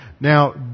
Now